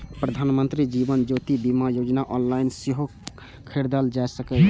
प्रधानमंत्री जीवन ज्योति बीमा योजना ऑनलाइन सेहो खरीदल जा सकैए